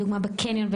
לדוגמה בקניון,